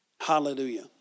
Hallelujah